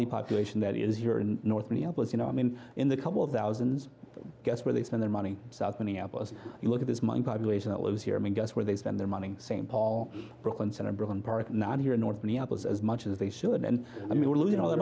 the population that is here in north minneapolis you know i mean in the couple of thousands guess where they spend their money south minneapolis you look at this mine population that lives here and guess where they spend their money same paul brooklyn center brooklyn park not here in north minneapolis as much as they should and i mean we're losing all the